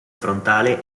frontale